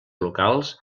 locals